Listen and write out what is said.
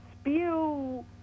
spew